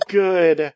good